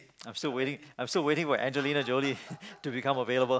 I'm still waiting I'm still waiting for Angelina-Jolie to become available